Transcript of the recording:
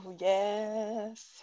yes